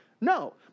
No